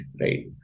right